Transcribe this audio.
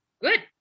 Good